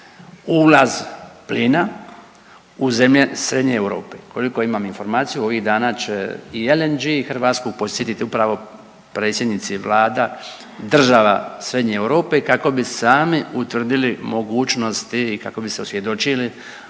ulaz plina u zemlje Srednje Europe. Koliko imam informaciju ovih dana će i LNG i Hrvatsku posjetiti upravo predsjednici vlada država Srednje Europe kako bi sami utvrdili mogućnosti kako bi se osvjedočili